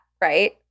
right